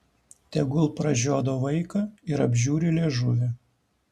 tegul pražiodo vaiką ir apžiūri liežuvį